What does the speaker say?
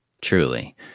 Truly